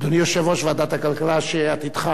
אדוני יושב-ראש ועדת הכלכלה, שעתידך